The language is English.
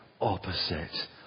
opposite